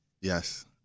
Yes